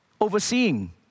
overseeing